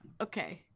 Okay